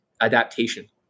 Adaptation